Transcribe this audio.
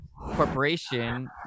corporation